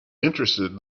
interested